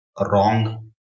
wrong